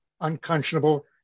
unconscionable